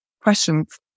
questions